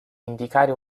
indicare